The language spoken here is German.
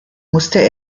musste